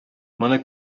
моны